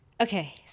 okay